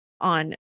on